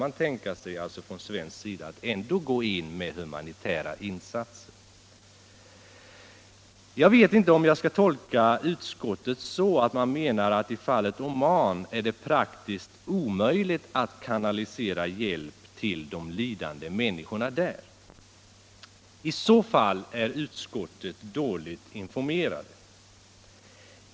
kan tänka sig att gå in med humanitära insatser. Jag vet inte om jag skall tolka utskottet så att man menar att i fallet Oman är det praktiskt omöjligt att kanalisera hjälp till de lidande människorna där. I så falt är utskottet dåligt informerat.